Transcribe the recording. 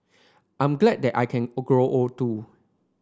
I'm glad that I can grow old too